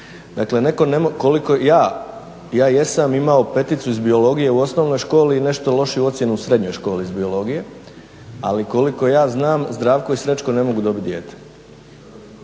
ja, ja jesam imao peticu iz biologije u osnovnoj školi i nešto lošiju ocjenu u srednjoj školi iz biologije ali koliko ja znam zdravko i srećko ne mogu dobiti dijete.